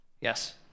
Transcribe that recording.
Yes